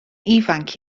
ifanc